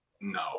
No